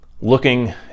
looking